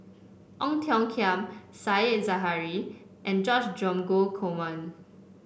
Ong Tiong Khiam Said Zahari and George Dromgold Coleman